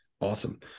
awesome